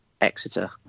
Exeter